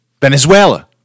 Venezuela